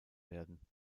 werden